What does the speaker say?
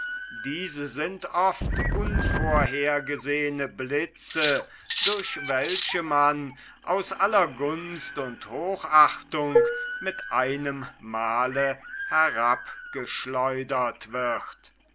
diese sind oft unvorhergesehene blitze durch welche man aus aller gunst und hochachtung mit einem male herabgeschleudert wird